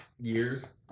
years